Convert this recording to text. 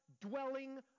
dwelling